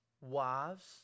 wives